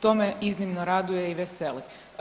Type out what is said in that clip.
To me iznimno raduje i veseli.